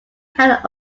had